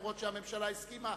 אף-על-פי שהממשלה הסכימה,